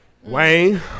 Wayne